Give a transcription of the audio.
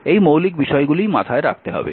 এই মৌলিক বিষয়গুলিই মাথায় রাখতে হবে